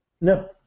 No